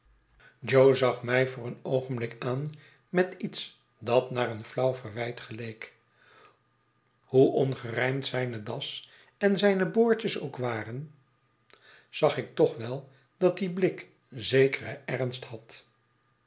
zag mij voor een oogenblik aan met iets dat naar een flauw verwijt geleek hoe ongerijmd zijne das en zijne boordjes ook waren zag ik toch wel dat die blik zekeren ernst had